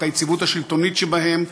את היציבות השלטונית שבהן,